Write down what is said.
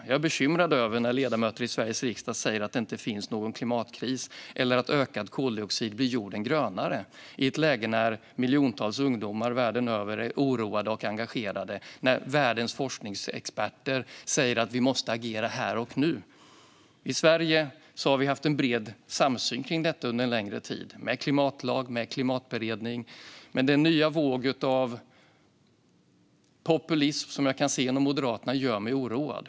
Jag är bekymrad över när ledamöter i Sveriges riksdag säger att det inte finns någon klimatkris eller att ökad koldioxid gör jorden grönare - detta i ett läge när miljontals ungdomar världen över är oroade och engagerade och när världens forskningsexperter säger att vi måste agera här och nu. I Sverige har vi haft en bred samsyn i detta under en längre tid, med klimatlag och klimatberedning, men den nya våg av populism jag ser inom Moderaterna gör mig oroad.